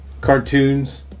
cartoons